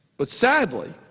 but, sadly,